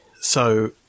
So-